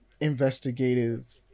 investigative